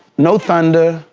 no thunder,